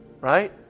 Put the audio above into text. Right